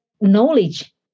knowledge